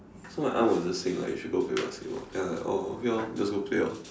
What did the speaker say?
so my aunt was just saying like you should go play basketball then I like oh okay orh just go play orh